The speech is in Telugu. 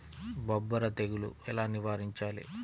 బొబ్బర తెగులు ఎలా నివారించాలి?